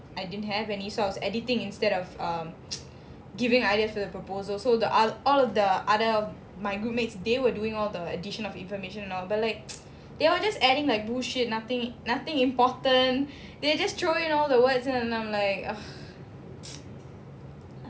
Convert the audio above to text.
I didn't have any so I was editing instead of giving ideas for the proposal so they are all all the other of my groupmates they were doing all the addition of information or addition but they were just adding bullshit nothing nothing important they just throw in all the words then I'm like